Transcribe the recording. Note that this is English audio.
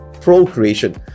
procreation